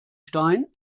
stein